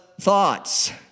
thoughts